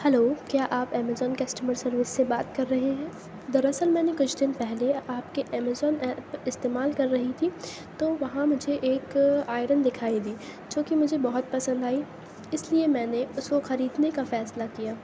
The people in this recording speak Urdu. ہلو کیا آپ ایمیزون کسٹمر سروس سے بات کر رہے ہیں در اصل میں نے کچھ دن پہلے آپ کے ایمیزون ایپ استعمال کر رہی تھی تو وہاں مجھے ایک آئرن دکھائی دی جو کہ مجھے بہت پسند آئی اس لیے میں نے اس کو خریدنے کا فیصلہ کیا